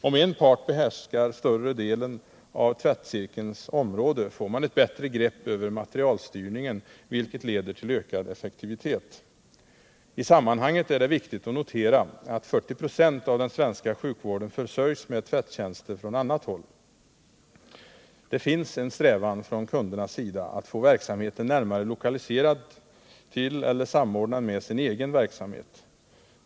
Om en part behärskar en större del av tvättceirkelns område, får man ett bättre grepp över materialstyrningen, vilket leder till ökad effektivitet. I sammanhanget är det viktigt att notera att 40 26 av den svenska sjukvården försörjs med tvättjänster från annat håll. Det finns en strävan från kundernas sida att få verksamheten närmare lokaliserad till eller samordnad med sin egen verksamhet.